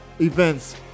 events